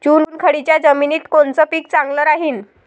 चुनखडीच्या जमिनीत कोनचं पीक चांगलं राहीन?